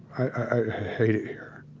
i hate it here